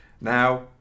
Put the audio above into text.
Now